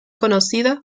conocida